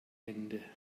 hände